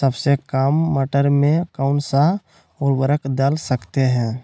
सबसे काम मटर में कौन सा ऊर्वरक दल सकते हैं?